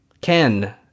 Ken